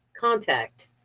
contact